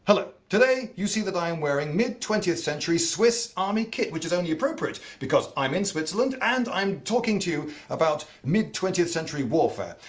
hello. today you see that i am wearing mid twentieth century swiss army kit. which is only appropriate because i'm in switzerland and i'm talking to you about mid twentieth century warfare.